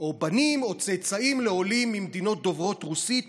או בנים או צאצאים לעולים ממדינות דוברות רוסית,